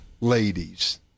ladies